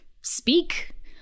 speak